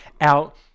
out